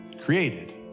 created